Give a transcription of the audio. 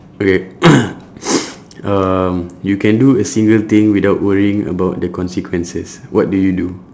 okay um you can do a single thing without worrying about the consequences what do you do